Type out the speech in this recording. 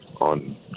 on